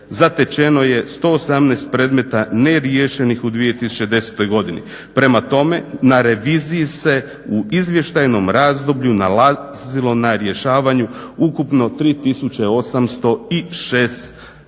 zatečeno je 118 predmeta neriješenih u 2010. godini. Prema tome, na reviziji se u izvještajnom razdoblju nalazilo na rješavanju ukupno 3 806 predmeta.